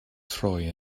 troi